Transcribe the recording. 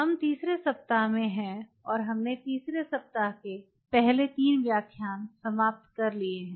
हम तीसरे सप्ताह में हैं और हमने तीसरे सप्ताह के पहले 3 व्याख्यान समाप्त कर लिए हैं